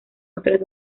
otras